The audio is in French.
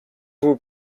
vos